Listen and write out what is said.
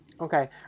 Okay